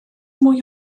mwy